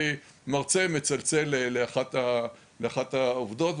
מרצה מצלצל לאחת העבודות,